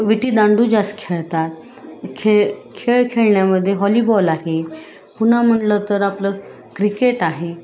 विटी दांडू जास्त खेळतात खेळ खेळ खेळण्यामध्ये हॉलीबॉल आहे पुन्हा म्हंटलं तर आपलं क्रिकेट आहे